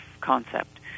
concept